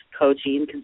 coaching